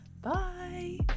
Bye